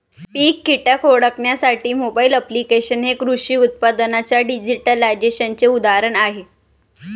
पीक कीटक ओळखण्यासाठी mobile applications हे कृषी उत्पादनांच्या डिजिटलायझेशनचे उदाहरण आहे